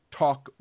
talk